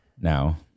now